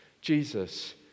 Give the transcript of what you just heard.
Jesus